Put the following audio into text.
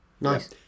Nice